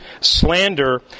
Slander